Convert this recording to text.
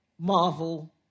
Marvel